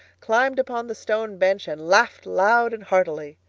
climbed upon the stone bench and laughed loud and heartily.